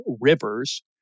rivers